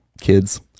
kids